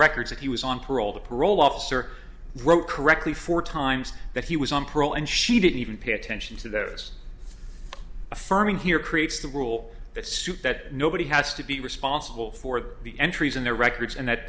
records that he was on parole the parole officer wrote correctly four times that he was on parole and she didn't even pay attention to those affirming here creates the rule that nobody has to be responsible for the entries in their records and that